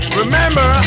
remember